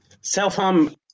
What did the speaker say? Self-harm